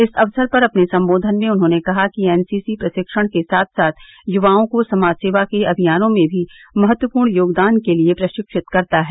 इस अवसर पर अपने सम्बोधन में उन्होंने कहा कि एनसीसी प्रशिक्षण के साथ साथ युवाओं को समाजसेवा के अभियानों में भी महत्वपूर्ण योगदान के लिए प्रशिक्षित करता है